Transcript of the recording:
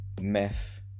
meth